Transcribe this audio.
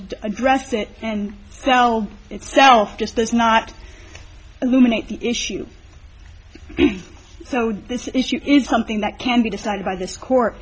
to address it and sell itself just does not eliminate the issue so this issue is something that can be decided by th